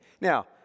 Now